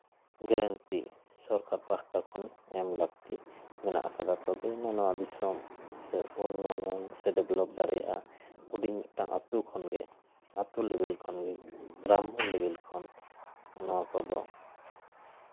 guarantee ᱥᱚᱨᱠᱟᱨ ᱯᱟᱦᱚᱴᱟ ᱠᱷᱚᱱ ᱮᱢ ᱞᱟᱹᱠᱛᱤ ᱢᱮᱱᱟᱜ ᱟᱠᱟᱫᱟ ᱛᱚᱵᱮ ᱟᱱᱟᱜ ᱱᱚᱣᱟ ᱫᱤᱥᱚᱢ ᱥᱮ ᱩᱱᱱᱚᱭᱚᱱ ᱥᱮ ᱰᱮᱵᱷᱞᱚᱯ ᱫᱟᱲᱮᱭᱟᱜᱼᱟ ᱦᱩᱰᱤᱧ ᱢᱤᱫᱴᱟᱱ ᱟᱹᱛᱩ ᱠᱷᱚᱱᱜᱮ ᱟᱹᱛᱩ ᱞᱮᱵᱮᱞ ᱠᱷᱚᱱᱜᱮ ᱜᱨᱟᱢᱢᱚ ᱞᱮᱵᱮᱞ ᱠᱷᱚᱱ ᱱᱚᱣᱟ ᱠᱚᱫᱚ